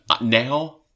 Now